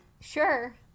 sure